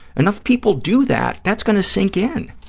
enough people do that, that's going to sink in.